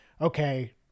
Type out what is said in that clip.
okay